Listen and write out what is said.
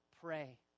pray